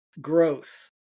growth